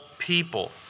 people